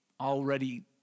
already